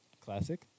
Classic